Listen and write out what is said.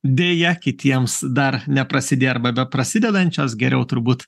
deja kitiems dar neprasidėjo arba beprasidedančios geriau turbūt